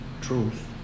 truth